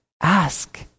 Ask